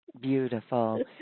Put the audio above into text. Beautiful